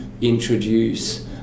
introduce